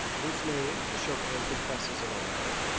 whose name, as chopin confesses in a letter,